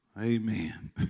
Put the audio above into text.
Amen